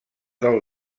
del